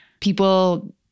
people